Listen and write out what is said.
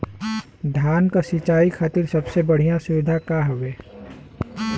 धान क सिंचाई खातिर सबसे बढ़ियां सुविधा का हवे?